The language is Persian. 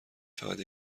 فقط